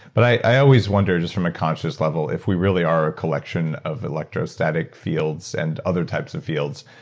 but i always wondered just from a conscious level if we really are a collection of electrostatic fields and other types of fields,